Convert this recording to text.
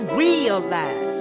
realize